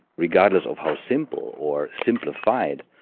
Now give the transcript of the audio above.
regardless of how simple or simplified,